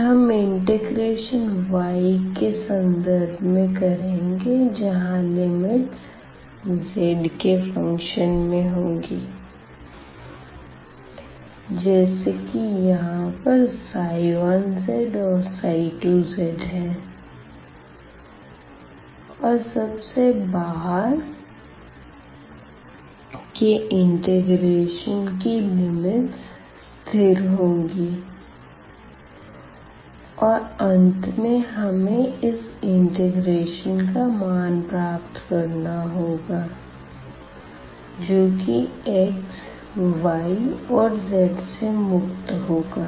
फिर हम integration y के संदर्भ में करेंगे जहां लिमिट्स z के फ़ंक्शन में होंगी जैसे की यहाँ पर 1z और 2z है और सब से बाहर के इंटिग्रेशन की लिमिट्स स्थिर होंगी और अंत में हमें इस इंटीग्रेशन का मान प्राप्त करना होगा जो कि x y और z से मुक्त होगा